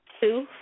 two